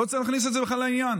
לא צריך להכניס את זה בכלל לעניין,